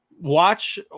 Watch